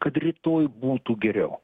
kad rytoj būtų geriau